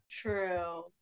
true